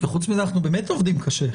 וחוץ מזה אנחנו באמת עובדים קשה.